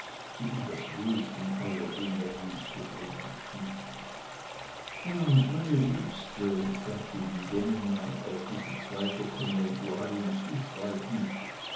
die in das wesen aller dinge einzudringen schienen ah meine liebste sagte die domina auf diese zweite konventualin zuschreitend